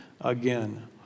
again